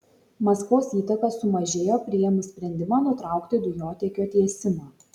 maskvos įtaka sumažėjo priėmus sprendimą nutraukti dujotiekio tiesimą